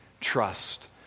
trust